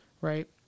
Right